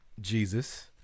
Jesus